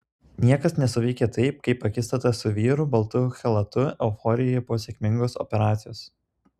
niekas nesuveikė taip kaip akistata su vyru baltu chalatu euforijoje po sėkmingos operacijos